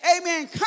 Amen